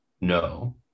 No